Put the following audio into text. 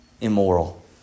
immoral